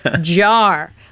jar